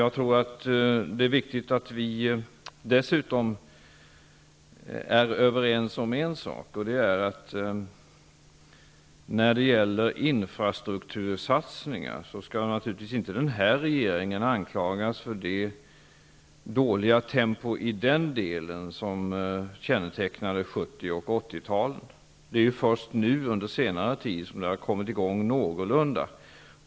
Jag tror dessutom att det är viktigt att vi är överens om en sak, nämligen att när det gäller infrastruktursatsningar skall naturligtvis inte den här regeringen anklagas för det dåliga tempo som kännetecknade 70 och 80-talet i den delen. Det är ju först nu under senare tid som satsningarna har kommit i gång någorlunda.